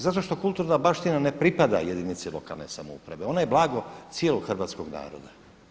Zato što kulturna baština ne pripada jedinici lokalne samouprave ona je blago cijelog hrvatskog naroda.